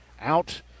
out